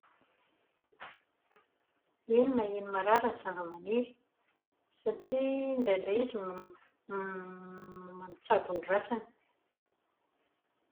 Eny maheno marary ny zava-maniry. Satria indraindray izy mitsabo ny ratrany.